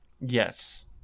Yes